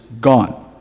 gone